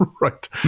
right